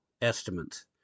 estimates